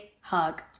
hug